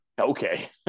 Okay